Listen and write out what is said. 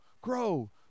grow